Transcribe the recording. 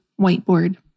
whiteboard